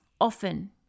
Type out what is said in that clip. often